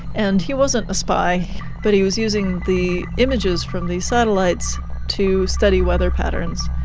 and he wasn't a spy but he was using the images from these satellites to study weather patterns.